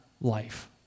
life